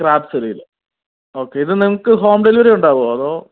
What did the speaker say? crabs ഒരു kilo okay ഇത് നിങ്ങൾക്ക് ഹോം ഡെലിവറി ഉണ്ടവോ അതോ